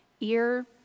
ear